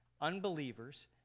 Unbelievers